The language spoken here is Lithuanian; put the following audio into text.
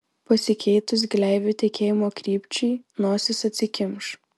pasikeitus gleivių tekėjimo krypčiai nosis atsikimš